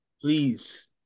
Please